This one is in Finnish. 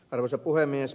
arvoisa puhemies